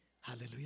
Hallelujah